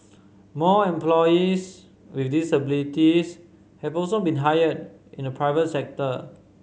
more employees with disabilities have also been hired in the private sector